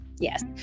Yes